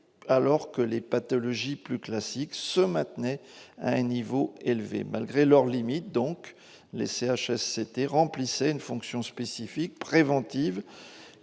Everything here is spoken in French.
et que les pathologies plus classiques se maintenaient à un niveau élevé. Malgré leurs limites, les CHSCT remplissaient une fonction spécifique, préventive,